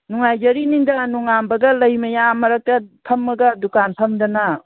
ꯅꯨꯡꯉꯥꯏꯖꯔꯤꯅꯤꯗ ꯅꯣꯉꯥꯟꯕꯒ ꯂꯩ ꯃꯌꯥꯝ ꯃꯔꯛꯇ ꯐꯝꯃꯒ ꯗꯨꯀꯥꯟ ꯐꯝꯗꯅ